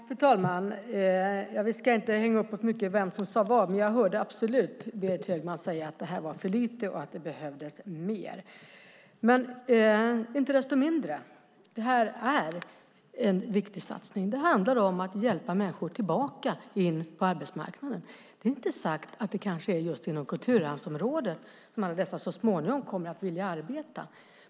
Fru talman! Vi ska inte hänga upp oss så mycket på vem som sade vad. Men jag hörde absolut Berit Högman säga att detta var för lite och att det behövdes mer. Inte desto mindre är detta en viktig satsning. Det handlar om att hjälpa människor tillbaka in på arbetsmarknaden. Det är inte sagt att det är just inom kulturarvsområdet som dessa personer så småningom kommer att vilja arbeta.